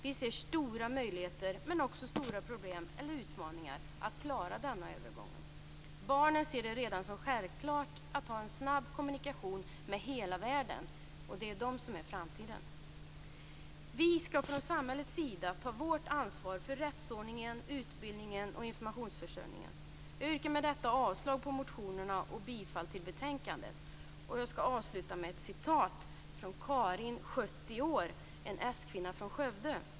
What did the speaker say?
Vi ser stora möjligheter, men också stora problem eller utmaningar, att klara övergången. Barnen ser det redan som självklart att ha en snabb kommunikation med hela världen - och det är de som är framtiden. Vi skall från samhällets sida ta vårt ansvar för rättsordningen, utbildningen och informationsförsörjningen. Jag yrkar med detta avslag på motionerna och bifall till hemställan i betänkandet. Jag skall avsluta med ett citat från Karin, 70 år, en s-kvinna från Skövde.